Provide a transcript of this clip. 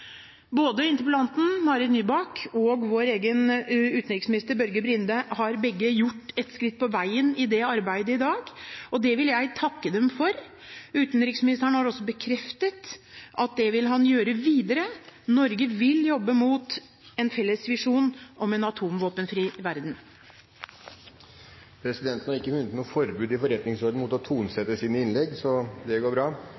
Både interpellanten Marit Nybakk og vår egen utenriksminister Børge Brende har begge tatt et skritt på veien i det arbeidet i dag, og det vil jeg takke dem for. Utenriksministeren har også bekreftet at det vil han gjøre videre. Norge vil jobbe mot en felles visjon om en atomvåpenfri verden. Presidenten har ikke funnet noe forbud i forretningsordenen mot å tonesette sine innlegg, så det går bra.